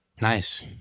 Nice